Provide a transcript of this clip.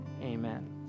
Amen